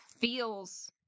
feels